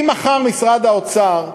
אם מחר משרד האוצר,